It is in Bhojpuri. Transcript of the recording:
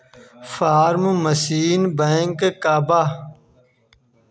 फार्म मशीनरी बैंक का बा?